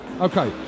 okay